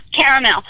caramel